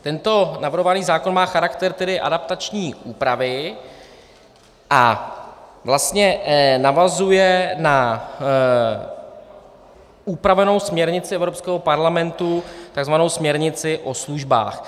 Tento navrhovaný zákon má charakter adaptační úpravy a vlastně navazuje na upravenou směrnici Evropského parlamentu, tzv. směrnici o službách.